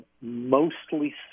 mostly